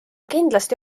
kindlasti